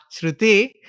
Shruti